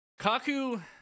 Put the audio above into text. Kaku